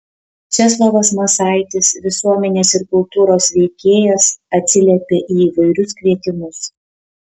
česlovas masaitis visuomenės ir kultūros veikėjas atsiliepia į įvairius kvietimus